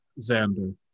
Xander